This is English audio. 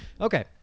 Okay